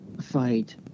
fight